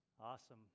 Awesome